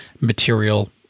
material